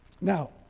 Now